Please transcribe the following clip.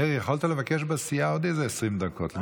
מאיר, יכולת לבקש בסיעה עוד איזה 20 דקות.